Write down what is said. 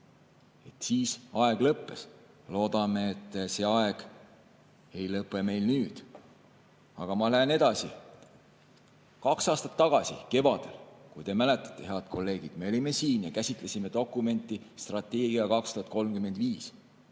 Siis aeg lõppes. Loodame, et see aeg ei lõpe meil nüüd. Aga ma lähen edasi. Kaks aastat tagasi kevadel, kui te mäletate, head kolleegid, me olime siin ja käsitlesime dokumenti "Strateegia 2035".